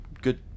Good